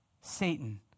Satan